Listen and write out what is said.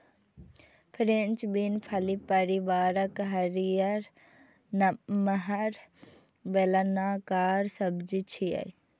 French bean फली परिवारक हरियर, नमहर, बेलनाकार सब्जी छियै